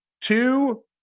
Two